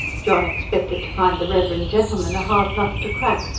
john expected to find the reverend gentleman a hard nut to crack,